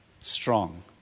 strong